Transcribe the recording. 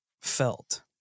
felt